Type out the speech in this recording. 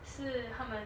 是他们